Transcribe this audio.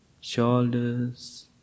shoulders